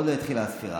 עוד לא התחילה הספירה.